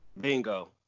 Bingo